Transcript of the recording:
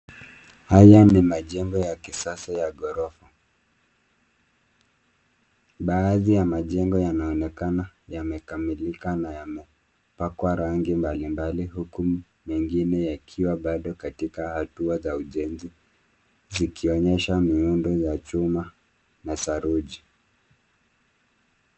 Haya ni majengo ya kisasa ya ghorofa; baadhi ya maajengo yanaonekana yamekamilika na yamepangwa rangi mbalimbali huku mengine yakiwa bado katika hatua za ujenzi, zikionyesha miundo ya chuma na saruji.